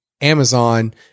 Amazon